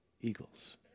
eagles